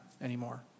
anymore